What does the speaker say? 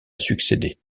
succédé